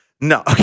No